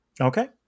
Okay